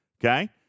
Okay